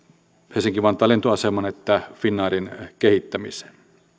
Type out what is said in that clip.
helsinki vantaan lentoaseman että finnairin kehittämiseen